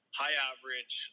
high-average